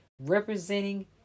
representing